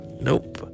Nope